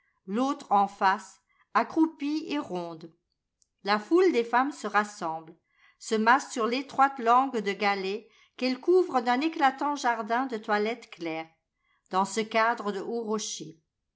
l'autre en face accroupie et ronde la foule des femmes se rassemble se masse sur l'étroite langue de galets qu'elle couvre d'un éclatant jardm de toilettes claires dans ce cadre de hauts rochers